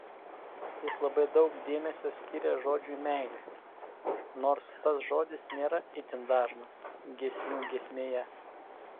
jis labai daug dėmesio skiria žodžiui meilė nors tas žodis nėra itin dažnas giesmių giesmėje